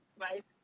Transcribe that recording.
right